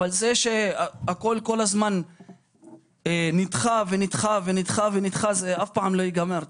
אבל בגלל שהכול נדחה ונדחה זה אף פעם לא ייגמר,